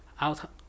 out